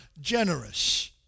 generous